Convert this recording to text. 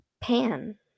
pan